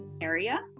area